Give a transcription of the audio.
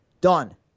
Done